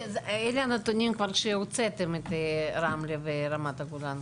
אלה הנתונים אחרי שהוצאתם את רמלה ורמת הגולן,